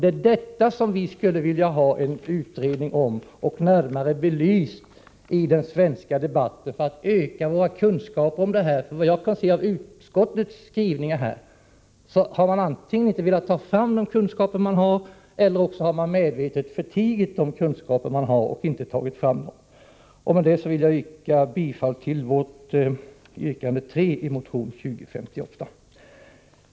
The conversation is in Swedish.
Det är detta som vi skulle vilja ha en utredning om och få närmare belyst i den svenska debatten för att öka våra kunskaper. Såvitt jag kan se av utskottets skrivning, har utskottet inte velat ta fram de kunskaper man har utan medvetet förtigit dem. Med detta vill jag yrka bifall till vårt yrkande 3 i motion 2058.